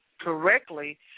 correctly